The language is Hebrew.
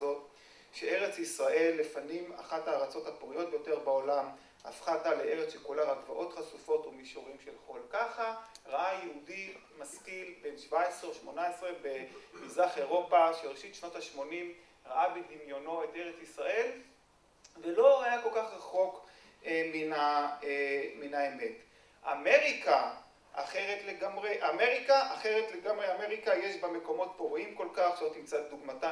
‫שארץ ישראל, לפנים אחת ‫הארצות הפוריות ביותר בעולם, ‫הפכה עתה לארץ שכולה רק גבעות ‫חשופות ומישורים של חול. ‫ככה ראה יהודי משכיל בן 17 או 18 ‫במזרח אירופה ‫של ראשית שנות ה-80, ראה בדמיונו ‫את ארץ ישראל, ‫ולא היה כל כך רחוק מן האמת. ‫אמריקה אחרת לגמרי... ‫אמריקה אחרת לגמרי אמריקה ‫יש בה מקומות פוריים כל כך שלא תמצא דוגמתם.